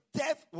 death